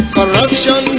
Corruption